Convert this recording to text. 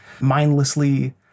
mindlessly